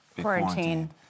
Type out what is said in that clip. quarantine